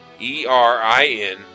E-R-I-N